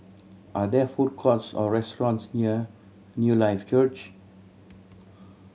are there food courts or restaurants near Newlife Church